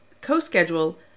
co-schedule